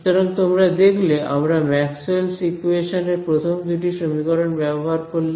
সুতরাং তোমরা দেখলে আমরা ম্যাক্সওয়েলস ইকোয়েশনস Maxwell's equations এর প্রথম দুটি সমীকরণ ব্যবহার করলাম